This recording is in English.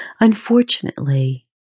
Unfortunately